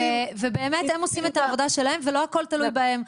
הם עושים את העבודה שלהם ולא הכל תלוי בהם,